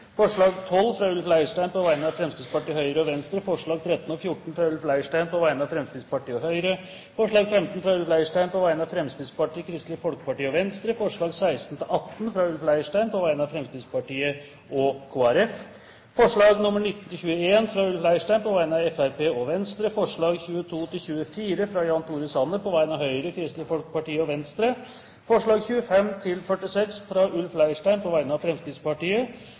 forslag nr. 12, fra Ulf Leirstein på vegne av Fremskrittspartiet, Høyre og Venstre forslagene nr. 13 og 14, fra Ulf Leirstein på vegne av Fremskrittspartiet og Høyre forslag nr. 15, fra Ulf Leirstein på vegne av Fremskrittspartiet, Kristelig Folkeparti og Venstre forslagene nr. 16–18, fra Ulf Leirstein på vegne av Fremskrittspartiet og Kristelig Folkeparti forslagene nr. 19–21, fra Ulf Leirstein på vegne av Fremskrittspartiet og Venstre forslagene nr. 22–24, fra Jan Tore Sanner på vegne av Høyre, Kristelig Folkeparti og Venstre forslagene nr. 25–46, fra Ulf Leirstein på vegne av Fremskrittspartiet